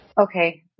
Okay